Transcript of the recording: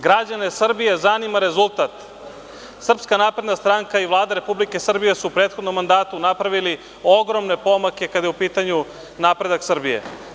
Građane Srbije zanima rezultat, SNS i Vlada Republike Srbije su u prethodnom mandatu napravili ogromne pomake kada je u pitanju napredak Srbije.